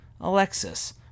Alexis